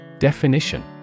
Definition